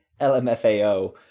LMFAO